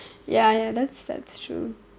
ya ya that's that's true